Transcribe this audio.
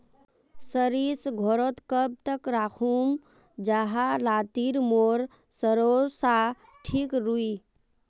सरिस घोरोत कब तक राखुम जाहा लात्तिर मोर सरोसा ठिक रुई?